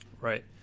Right